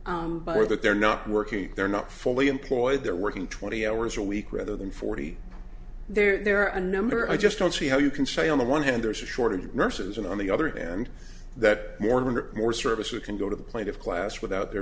or that they're not working they're not fully employed they're working twenty hours a week rather than forty there are a number i just don't see how you can say on the one hand there's a shortage of nurses and on the other hand that more and more services can go to the point of class without there